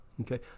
okay